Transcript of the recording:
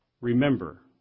Remember